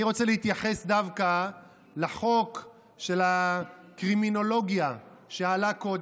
אני רוצה להתייחס דווקא לחוק של הקרימינולוגיה שעלה קודם.